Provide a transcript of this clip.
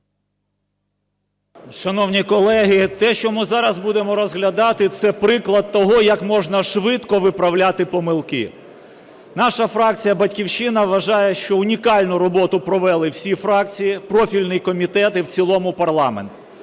Шановні колеги, те, що ми зараз будемо розглядати, - це приклад того, як можна швидко виправляти помилки. Наша фракція "Батьківщина" вважає, що унікальну роботу провели всі фракції, профільний комітет і в цілому парламент.